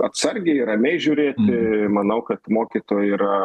atsargiai ramiai žiūrėti ir manau kad mokytojai yra